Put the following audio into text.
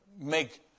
make